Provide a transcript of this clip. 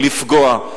לפגוע.